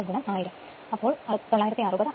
04 1000 അപ്പോൾ 960 rpm